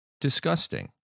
disgusting